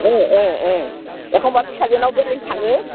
एखमब्ला फिसाजोनाव बेरायनो थाङो